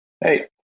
Hey